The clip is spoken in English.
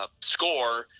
score